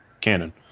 canon